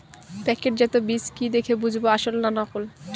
প্যাকেটজাত বীজ কি দেখে বুঝব আসল না নকল?